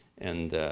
and,